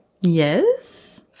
Yes